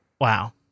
Wow